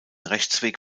rechtsweg